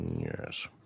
Yes